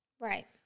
Right